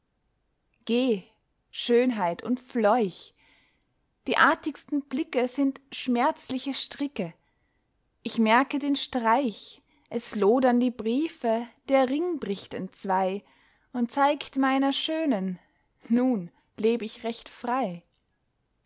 schönheit und fleuch die artigsten blicke sind schmerzliche stricke ich merke den streich es lodern die briefe der ring bricht entzwei und zeigt meiner schönen nun leb ich recht frei